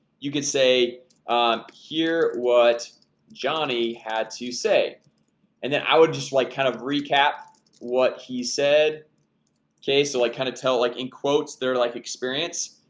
you can say hear what johnny had to say and then i would just like kind of recap what he said okay, so i kind of tell like in quotes they're like experience